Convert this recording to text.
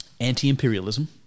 Anti-imperialism